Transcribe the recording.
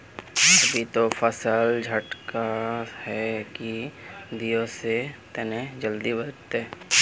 अभी ते फसल छोटका है की दिये जे तने जल्दी बढ़ते?